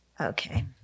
Okay